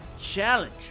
challenge